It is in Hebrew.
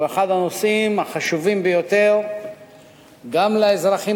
הוא אחד הנושאים החשובים ביותר גם לאזרחים